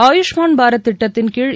ஆயுஷ்மான் பாரத் திட்டத்தின்கீழ்